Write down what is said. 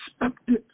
expected